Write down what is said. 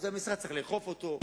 המשרד צריך לאכוף את החוק,